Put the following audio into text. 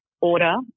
order